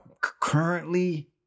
currently